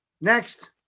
Next